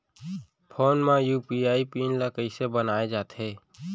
Phone म UPI PIN ल कइसे बनाये जाथे?